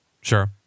Sure